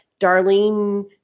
Darlene